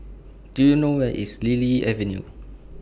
Do YOU know Where IS Lily Avenue